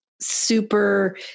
super